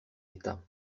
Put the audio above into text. état